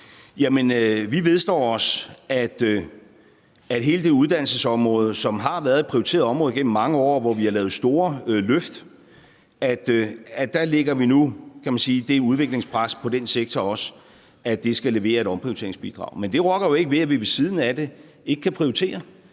vi vedstår, at på hele uddannelsesområdet, som har været et prioriteret område gennem mange år, og hvor der er lavet store løft, lægger vi nu, kan man sige, det udviklingspres på den sektor også, at der skal leveres et omprioriteringsbidrag. Men det gør jo ikke, at vi ved siden af det ikke kan prioritere.